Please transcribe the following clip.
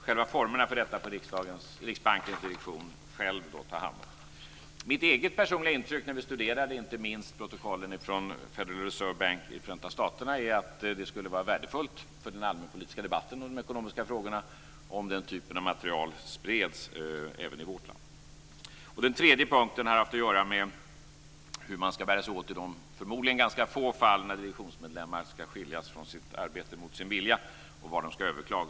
Själva formerna för detta får Riksbankens direktion själv ta hand om. Mitt eget personliga intryck när vi studerade inte minst protokollen från Federal Reserve Bank i Förenta staterna är att det skulle vara värdefullt för den allmänpolitiska debatten om de ekonomiska frågorna om den typen av material spreds även i vårt land. Den tredje punkten har haft att göra med hur man skall bära sig åt i de förmodligen ganska få fall där direktionsmedlemmar skall skiljas från sitt arbete mot sin vilja och var de skall överklaga.